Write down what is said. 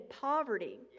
poverty